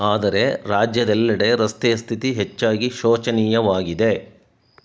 ಆದರೆ ರಾಜ್ಯದೆಲ್ಲೆಡೆ ರಸ್ತೆಯ ಸ್ಥಿತಿ ಹೆಚ್ಚಾಗಿ ಶೋಚನೀಯವಾಗಿದೆ